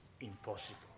impossible